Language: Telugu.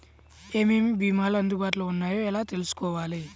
ఏమేమి భీమాలు అందుబాటులో వున్నాయో ఎలా తెలుసుకోవాలి?